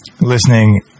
listening